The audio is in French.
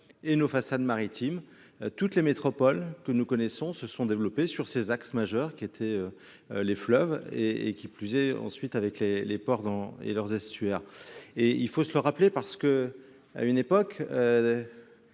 et nos façades maritimes toutes les métropoles que nous connaissons se sont développées sur ces axes majeurs qui étaient. Les fleuves et et qui plus est ensuite avec les les ports dans et leurs estuaire et il faut se le rappeler parce que à une époque.